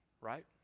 right